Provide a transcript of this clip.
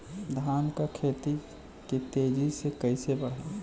धान क खेती के तेजी से कइसे बढ़ाई?